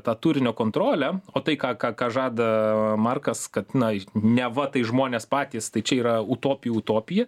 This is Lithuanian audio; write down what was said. tą turinio kontrolę o tai ką ką ką žada markas kad na neva tai žmonės patys tai čia yra utopijų utopija